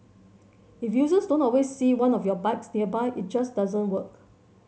if users don't always see one of your bikes nearby it just doesn't work